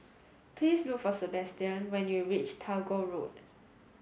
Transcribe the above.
please look for Sebastian when you reach Tagore Road